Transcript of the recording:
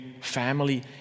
family